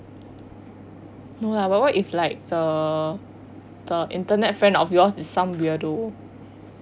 no lah but what if like the the internet friend of yours is some weirdo